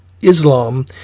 Islam